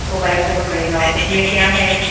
वो बाईस सौ का पड़ेगा उसमें क्या है